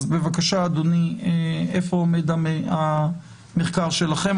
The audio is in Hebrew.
אז בבקשה, אדוני, איפה עומד המחקר שלכם?